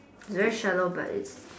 it's very shallow but it's